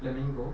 flamingo